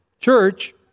church